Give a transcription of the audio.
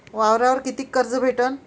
वावरावर कितीक कर्ज भेटन?